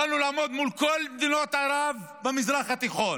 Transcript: יכולנו לעמוד מול כל מדינות ערב במזרח התיכון